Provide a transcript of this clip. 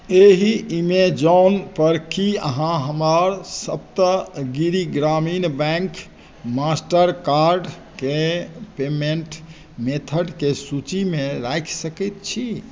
एहि एमेजौनपर की अहाँ हमर सप्तगिरि ग्रामीण बैंक मास्टरकार्डकेँ पेमेंट मेथडके सूचीमे राखि सकैत छी